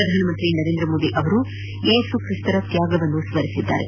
ಪ್ರಧಾನಮಂತ್ರಿ ನರೇಂದ್ರ ಮೋದಿ ಅವರು ಏಸುಕ್ರಿಸ್ತರ ತ್ಯಾಗವನ್ನು ಸ್ಠಿಸಿದ್ದಾರೆ